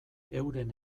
euren